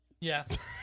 yes